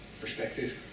perspective